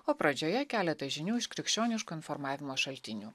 o pradžioje keletas žinių iš krikščioniško informavimo šaltinių